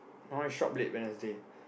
I want shop late Wednesday